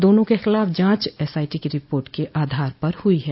दोनों के खिलाफ जांच एसआईटी की रिपोर्ट के आधार पर हुई है